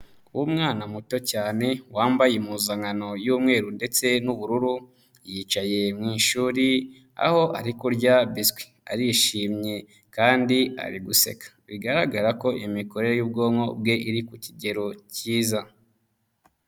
Umwana muto cyane, wambaye impuzankano y'umweru ndetse n'ubururu, yicaye mu ishuri, aho ari kurya biswi. Arishimye kandi ari guseka. Bigaragara ko imikorere y'ubwonko bwe, iri ku kigero cyiza.